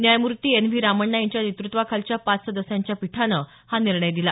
न्यायमूर्ती N V Ramana यांच्या नेतृत्वाखालच्या पाच सदस्यांच्या पीठानं हा निर्णय दिला